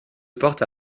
portes